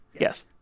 Yes